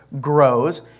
grows